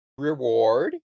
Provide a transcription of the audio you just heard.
reward